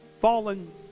fallen